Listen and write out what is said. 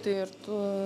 tai ir tu